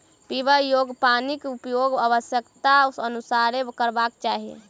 पीबा योग्य पानिक उपयोग आवश्यकताक अनुसारेँ करबाक चाही